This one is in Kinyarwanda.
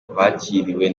bakiriwe